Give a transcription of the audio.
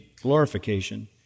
glorification